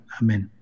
amen